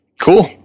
Cool